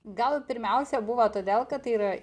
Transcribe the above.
gal pirmiausia buvo todėl kad tai yra